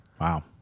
wow